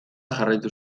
jarraitu